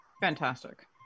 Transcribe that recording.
Fantastic